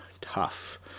tough